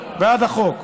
בעד החוק.